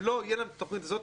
אם לא תהיה להם התוכנית הזאת,